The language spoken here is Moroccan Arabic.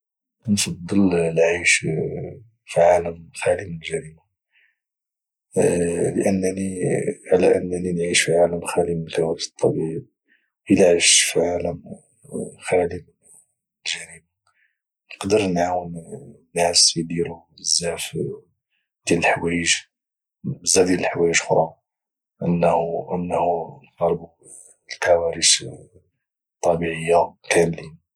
كنفضل العيش في عالم خالي من الجريمه على انني نعيش في عالم خالي من الكوارث الطبيعيه الى عش في عالم خالي من الجريمه نقدر نعاون الناس يديروا بزاف ديال الحوايج اخرى انه نحاربوا الكوارث طابيه كاملين